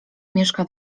mieszka